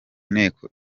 nteko